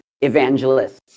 evangelists